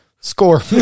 score